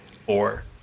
four